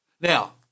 Now